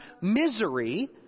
misery